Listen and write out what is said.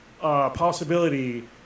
Possibility